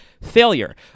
failure